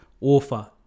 author